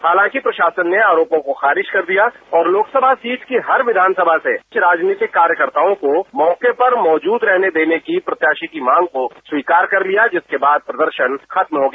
हालांकि प्रशासन ने आरोपों को खारिज कर दिया और लोकसभा सीट की हर विधानसभा से राजनीतिक कार्यकर्ताओं को मौके पर मौजूद रहने देने की प्रत्याशी की मांग को स्वीकार कर लिया जिसके बाद प्रदर्शन खत्म हो गया